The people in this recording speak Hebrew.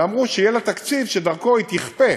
ואמרו שיהיה לה תקציב שדרכו היא תכפה